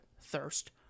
thirst